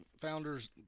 founders